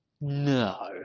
No